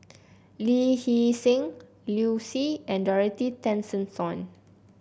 Lee Hee Seng Liu Si and Dorothy Tessensohn